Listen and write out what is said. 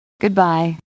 Goodbye